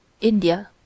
India